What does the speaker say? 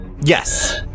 Yes